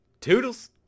toodles